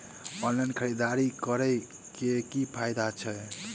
Online खरीददारी करै केँ की फायदा छै?